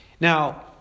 Now